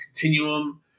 Continuum